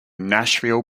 nashville